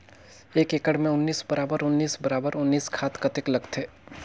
एक एकड़ मे उन्नीस बराबर उन्नीस बराबर उन्नीस खाद कतेक लगथे?